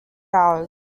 towers